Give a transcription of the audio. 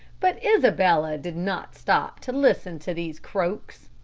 but isabella did not stop to listen to these croaks.